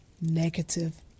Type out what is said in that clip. negative